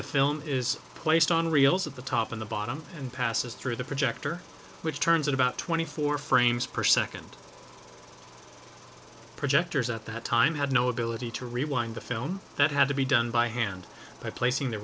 the film is placed on reels of the top on the bottom and passes through the projector which turns in about twenty four frames per second project years at that time had no ability to rewind the film that had to be done by hand by placing the